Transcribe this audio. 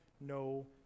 no